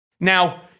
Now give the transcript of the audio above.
Now